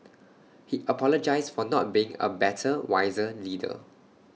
he apologised for not being A better wiser leader